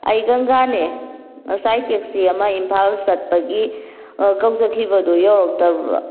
ꯑꯩ ꯒꯪꯒꯥꯅꯦ ꯉꯁꯥꯏ ꯇꯦꯛꯁꯤ ꯑꯃ ꯏꯝꯐꯥꯜ ꯆꯠꯄꯒꯤ ꯀꯧꯖꯈꯤꯕꯗꯨ ꯌꯧꯔꯛꯇꯕ